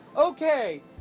Okay